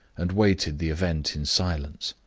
and waited the event in silence.